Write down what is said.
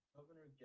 Governor